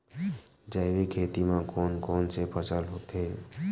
जैविक खेती म कोन कोन से फसल होथे?